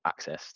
accessed